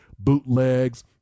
bootlegs